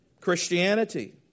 Christianity